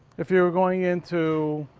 if you're going into